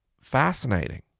Fascinating